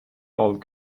old